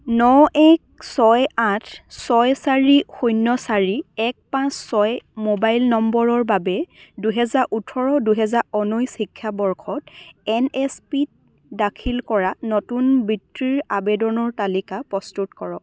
ন এক ছয় আঠ ছয় চাৰি শূন্য চাৰি এক পাঁচ ছয় মোবাইল নম্বৰৰ বাবে দুহেজাৰ ওঠৰ দুহেজাৰ ঊনৈছ শিক্ষাবৰ্ষত এন এছ পি ত দাখিল কৰা নতুন বৃত্তিৰ আৱেদনৰ তালিকা প্ৰস্তুত কৰক